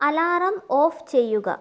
alarm off ചെയ്യുക